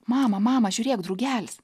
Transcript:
mama mama žiūrėk drugelis